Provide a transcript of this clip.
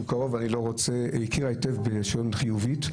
הכירה היטב בלשון חיובית.